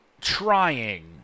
trying